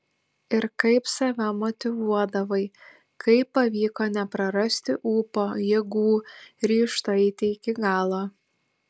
ir kaip save motyvuodavai kaip pavyko neprarasti ūpo jėgų ryžto eiti iki galo